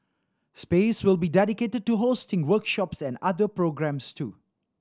space will be dedicated to hosting workshops and other programmes too